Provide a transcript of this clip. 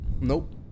Nope